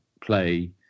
play